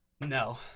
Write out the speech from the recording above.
No